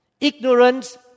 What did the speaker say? Ignorance